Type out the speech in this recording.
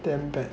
damn bad